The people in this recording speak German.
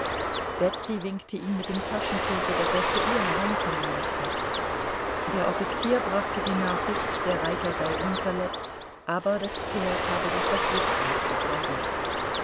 betsy winkte ihm mit dem taschentuche daß er zu ihr herankommen möchte der offizier brachte die nachricht der reiter sei unverletzt aber das pferd habe sich das rückgrat gebrochen